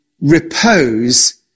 repose